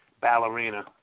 ballerina